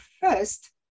first